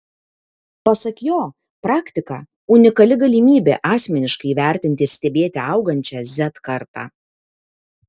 pasak jo praktika unikali galimybė asmeniškai įvertinti ir stebėti augančią z kartą